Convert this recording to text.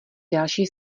další